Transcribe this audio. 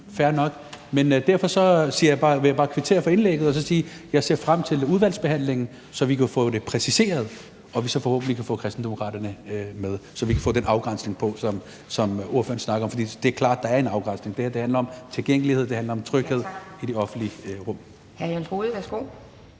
fair nok. Derfor vil jeg bare kvittere for indlægget og så sige: Jeg ser frem til udvalgsbehandlingen, så vi kan få det præciseret, og så vi forhåbentlig kan få Kristendemokraterne med, og så vi kan få den afgrænsning med, som ordføreren snakker om. For det er klart, at der er en afgrænsning. Det her handler om tilgængelighed. Det handler om tryghed i det offentlige rum.